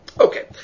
Okay